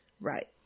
Right